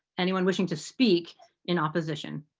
anyone wishing to speak in opposition.